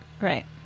Right